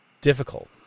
difficult